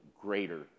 greater